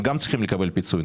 הם גם צריכים לקבל פיצוי,